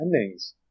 endings